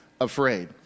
afraid